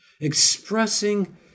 expressing